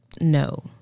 No